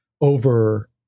over